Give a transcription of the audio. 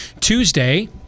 tuesday